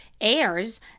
heirs